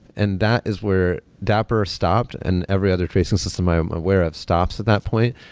and that is where dapper stops and every other tracing system i am aware of stops at that point.